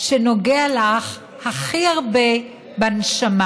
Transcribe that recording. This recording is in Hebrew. שנוגע לך הכי הרבה בנשמה?